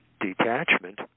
detachment